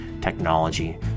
technology